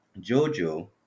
Jojo